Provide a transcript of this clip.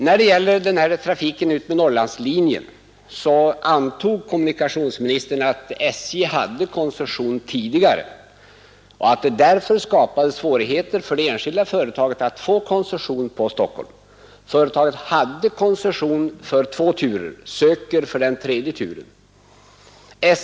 När det gäller trafiken utmed Norrlandslinjen antog kommunikationsministern att SJ tidigare hade koncession och att detta skapade svårigheter för det enskilda företaget att få koncession på Stockholm. Företaget hade koncession för två turer och sökte för den tredje turen.